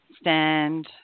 stand